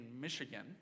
Michigan